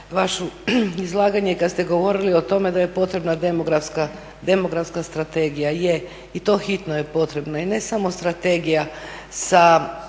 vaše izlaganje kad ste govorili o tome da je potrebna demografska strategija. Je i to hitno je potrebna. I ne samo strategija sa